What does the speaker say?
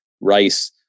Rice